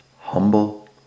humble